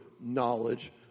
knowledge